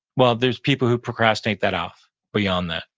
well, there's people who procrastinate that off beyond that,